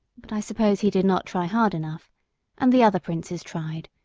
but i suppose he did not try hard enough and the other princes tried,